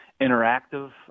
interactive